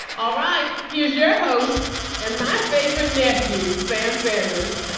all right, here's your host and my favorite nephew, sam sanders